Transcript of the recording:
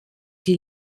die